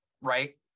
right